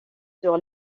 sur